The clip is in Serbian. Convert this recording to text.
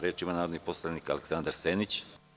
Reč ima narodni poslanik Aleksandar Senić.